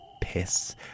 piss